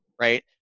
right